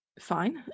fine